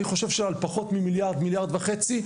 אני חושב שעל פחות ממיליארד-מיליארד וחצי,